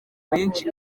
benshi